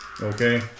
Okay